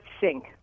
sink